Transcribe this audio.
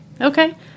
Okay